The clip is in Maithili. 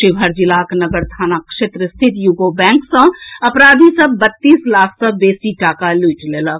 शिवहर जिलाक नगर थाना क्षेत्र स्थित यूको बैंक सॅ अपराधी सभ बत्तीस लाख सॅ बेसी टाका लूटि लेलक